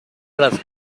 tras